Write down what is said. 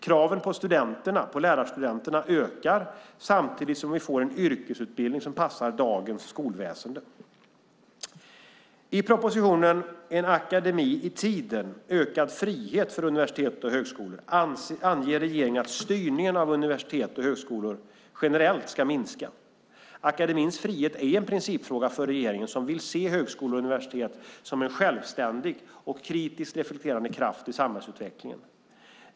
Kraven på lärarstudenterna ökar samtidigt som vi får en yrkesutbildning som passar dagens skolväsen. I propositionen En akademi i tiden - ökad frihet för universitet och högskolor anger regeringen att styrningen av universitet och högskolor generellt ska minska. Akademins frihet är en principfråga för regeringen som vill se högskolor och universitet som en självständig och kritiskt reflekterande kraft i samhällsutvecklingen.